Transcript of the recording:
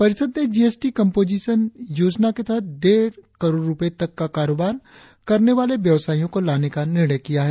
परिषद ने GST composition योजना के तहत डेढ़ करोड़ रुपये तक का कारोबार करने वाले व्यवसायियों को लाने का निर्णय किया है